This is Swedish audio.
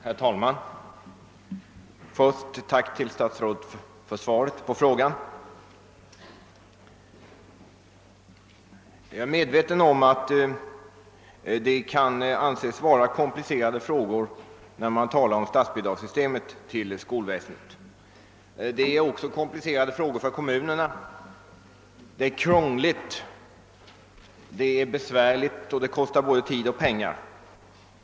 Herr talman! Jag tackar statsrådet för svaret på min fråga. Jag är medveten om att man kommer in på komplicerade spörsmål, när man talar om statsbidragen till skolväsendet. De frågorna är också komplicerade för kommunerna. De är krångliga och besvärliga och förenade med kostnader i både tid och pengar.